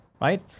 right